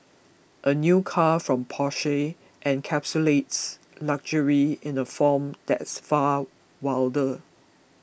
a new car from Porsche encapsulates luxury in a form that's far wilder